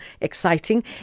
exciting